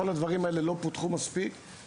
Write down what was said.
כל הדברים האלה לא פותחו מספיק.